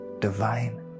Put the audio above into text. Divine